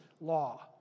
law